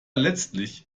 letztlich